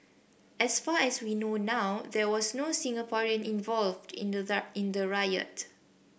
as far as we know now there was no Singaporean involved in the in the riot